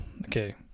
okay